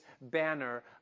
banner